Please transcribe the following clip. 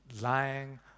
lying